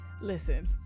Listen